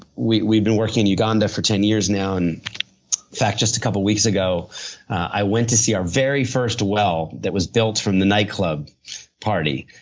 we'd we'd been working in uganda for ten years now. in fact, just a couple weeks ago i went to see our very first well that was built from the night club party,